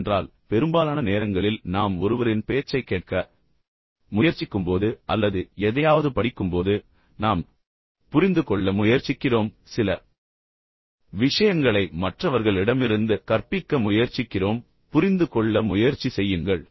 ஏனென்றால் பெரும்பாலான நேரங்களில் நாம் ஒருவரின் பேச்சைக் கேட்க முயற்சிக்கும்போது அல்லது எதையாவது படிக்கும்போது நாம் புரிந்துகொள்ள முயற்சிக்கிறோம் புரிந்துகொள்ள முயற்சிக்கிறோம் சில விஷயங்களை மற்றவர்களிடமிருந்து கற்பிக்க முயற்சிக்கிறோம் புரிந்துகொள்ள முயற்சி செய்யுங்கள்